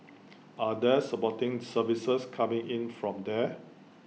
are there supporting services coming in from there